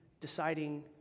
deciding